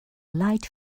light